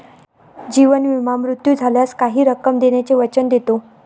जीवन विमा मृत्यू झाल्यास काही रक्कम देण्याचे वचन देतो